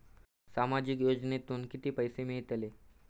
सामाजिक योजनेतून किती पैसे मिळतले?